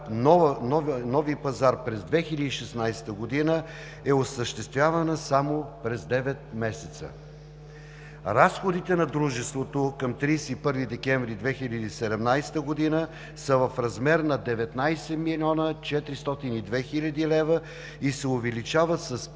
Нови пазар през 2016 г. е осъществявана само през девет месеца. Разходите на дружеството към 31 декември 2017 г. са в размер на 19 млн. 402 хил. лв. и се увеличават с